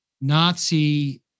Nazi